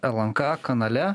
lnk kanale